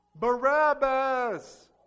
Barabbas